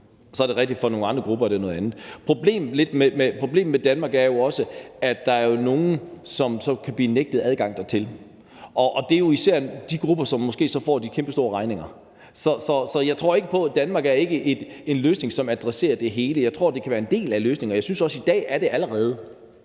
er det rigtigt, at for nogle andre grupper er det noget andet. Problemet med "danmark" er jo også, at der er nogle, der kan blive nægtet adgang dertil. Og det er jo især de grupper, som så måske får de kæmpestore regninger. Så jeg tror ikke på, at "danmark" er en løsning, som adresserer det hele. Jeg tror, det kan være en del af løsningen, og jeg synes også, at det i dag på nuværende